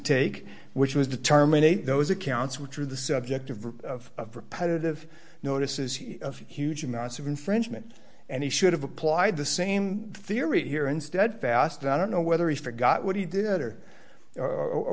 take which was to terminate those accounts which are the subject of repetitive notices of huge amounts of infringement and he should have applied the same theory here instead fast i don't know whether he forgot what he did or